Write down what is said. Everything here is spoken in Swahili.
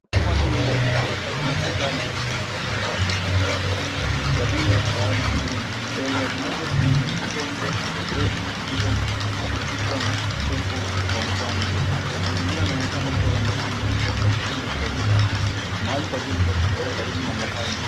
Pwani yenye vibanda vya kijani vilivyotengenezwa kwa makuti vikibadili bahari tulivu. Mbele ya vibanda kuna mitende mirefu iliyotikiswa na upepo wa pwani. Mazingira yanaonekana kuwa ya mapumziko au sehemu ya utalii, mahali pazuri pa kustarehe karibu na bahari.